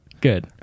good